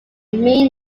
main